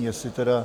Jestli tedy...